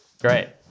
Great